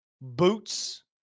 boots